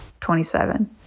27